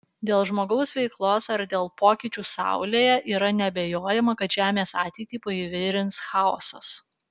dėl žmogaus veiklos ar dėl pokyčių saulėje yra neabejojama kad žemės ateitį paįvairins chaosas